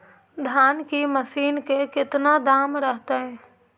धान की मशीन के कितना दाम रहतय?